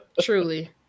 Truly